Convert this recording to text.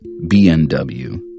BNW